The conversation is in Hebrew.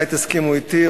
ודאי תסכימו אתי,